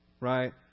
right